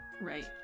Right